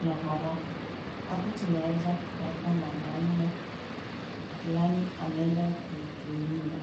na haraka. Hapa tunaeza kupata mwanaume flani ameenda kuhudumiwa.